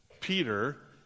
Peter